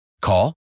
Call